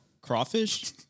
crawfish